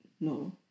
No